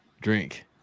Drink